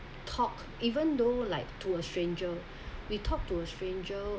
talk even though like to a stranger we talk to a stranger